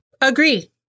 Agree